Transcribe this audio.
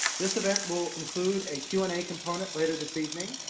this event will include a q and a component later this evening.